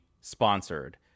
sponsored